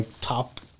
top